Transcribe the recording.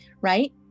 right